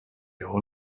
all